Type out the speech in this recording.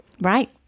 Right